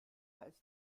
heißt